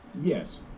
Yes